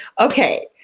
okay